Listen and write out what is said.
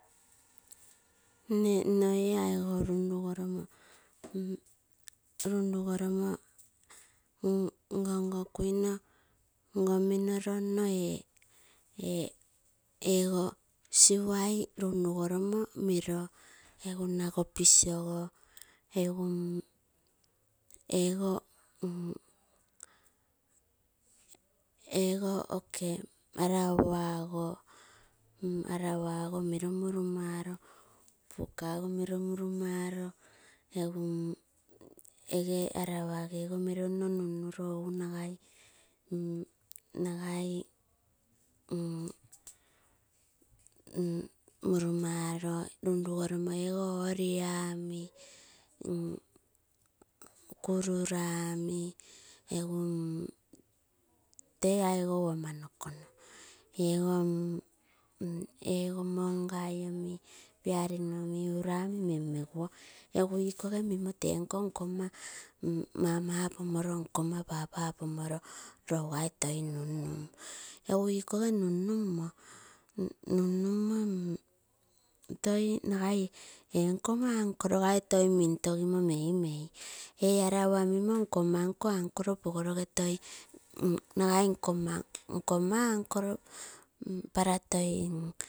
Nne noo ee aigou lunlugoro nomo ngongo kuinoo ego siwai run rugoromo minoo nagouis ogo egu ego oke arawa ogo, arawa ogo minoo murumaro, buka ogo miroo murumaro egu ege. Arawa gee goo minoo nno nun nuroo muru maroo, nagai murumaroo run rugoromo ego oriamo, kururami egu tee aigou ama noko noo ego mongai imo piarino omi urami mem menguo. Egu ikoo mimo tenko nkoma mama pomoro, nkoma papa pomoro leugai toi nun-nun, egu igikoge nun numo toi nagai ee nkoma uncle gai mintogimo nei mei, ee arawa mimo nkona nkoo uncle pogoroge tei nuinui nagai nkona para toi.